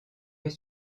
les